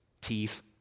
teeth